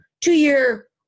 two-year